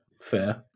fair